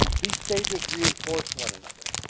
these stages reinforce one another.